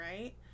right